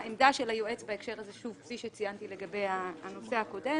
עמדת היועץ בהקשר הזה כפי שציינתי לגבי הנושא הקודם